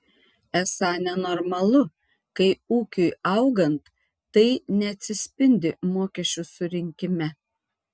esą nenormalu kai ūkiui augant tai neatsispindi mokesčių surinkime